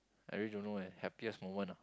I really don't know eh happiest moment ah